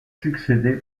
succédé